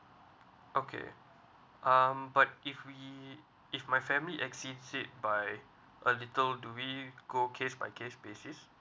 okay um but if we if my family exceed it by a little do we go case by case basis